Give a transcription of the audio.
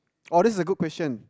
oh this is a good question